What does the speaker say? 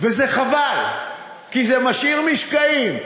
וזה חבל, כי זה משאיר משקעים.